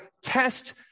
test